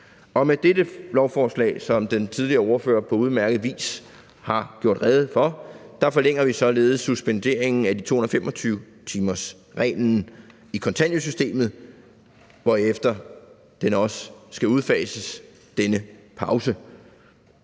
Og med dette lovforslag, som den tidligere ordfører på udmærket vis har gjort rede for, forlænger vi således suspenderingen af 225-timersreglen i kontanthjælpssystemet, hvorefter den også skal udfases, altså denne pause.